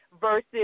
versus